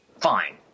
Fine